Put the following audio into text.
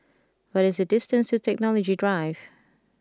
what is the distance to Technology Drive